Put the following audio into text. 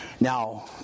Now